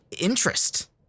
interest